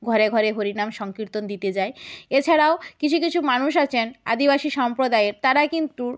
ঘরে ঘরে হরিনাম সংকীর্তন দিতে যায় এছাড়াও কিছু কিছু মানুষ আছেন আদিবাসী সম্প্রদায়ের তারা কিন্তু